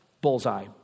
bullseye